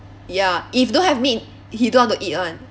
ya if don't have meat he don't want to eat [one]